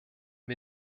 wir